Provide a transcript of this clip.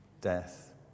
death